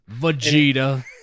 Vegeta